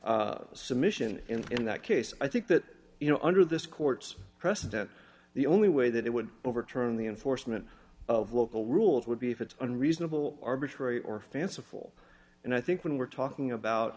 submission in that case i think that you know under this court's precedent the only way that it would overturn the enforcement of local rules would be if it's unreasonable arbitrary or fanciful and i think when we're talking about